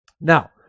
now